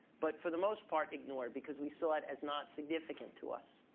but for the most part ignored because we saw it as not significant to us.